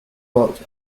worked